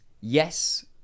yes